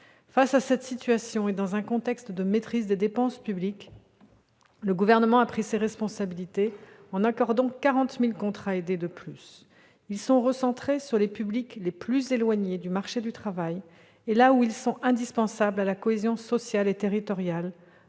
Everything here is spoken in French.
Face à cette situation, et dans un contexte de maîtrise des dépenses publiques, le Gouvernement a pris ses responsabilités en accordant 40 000 contrats aidés de plus. Ceux-ci sont recentrés sur les publics les plus éloignés du marché du travail et là où ils sont indispensables à la cohésion sociale et territoriale,